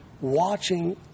watching